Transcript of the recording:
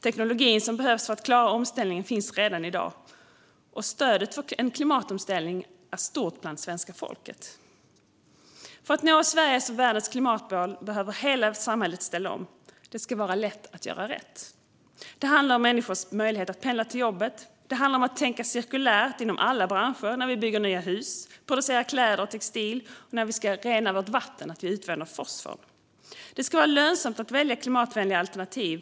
Teknologin som behövs för att klara klimatomställningen finns redan i dag, och stödet för en omställning är stort bland svenska folket. För att nå Sveriges och världens klimatmål behöver hela samhället ställa om. Det ska vara lätt att göra rätt. Det handlar om människors möjlighet att pendla till jobbet. Det handlar om att tänka cirkulärt inom alla branscher - när vi bygger nya hus, när vi producerar kläder och textil och när vi ska rena vårt vatten och utvinna fosfor. Det ska vara lönsamt att välja klimatvänliga alternativ.